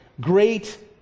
Great